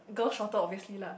girl shorter obviously lah